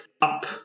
up